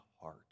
heart